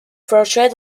portrait